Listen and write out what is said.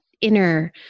inner